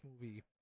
movie